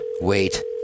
wait